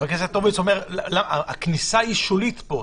חבר הכנסת הורוביץ אומר, הכניסה היא שולית פה.